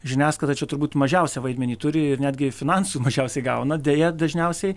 žiniasklaida čia turbūt mažiausią vaidmenį turi ir netgi finansų mažiausiai gauna deja dažniausiai